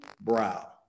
brow